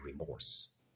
remorse